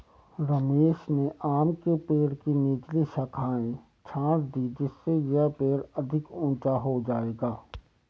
रमेश ने आम के पेड़ की निचली शाखाएं छाँट दीं जिससे यह पेड़ अधिक ऊंचा हो जाएगा